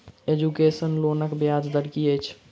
Education लोनक ब्याज दर की अछि?